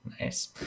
nice